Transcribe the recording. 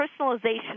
personalization